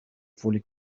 fully